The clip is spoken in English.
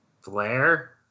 Flair